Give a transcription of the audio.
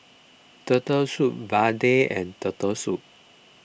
Turtle Soup Vadai and Turtle Soup